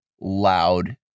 loud